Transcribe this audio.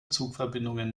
zugverbindungen